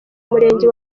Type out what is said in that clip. murenge